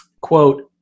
quote